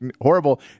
horrible